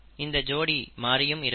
இந்த ஜோடி மாறியும் இருக்கலாம்